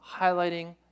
highlighting